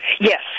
Yes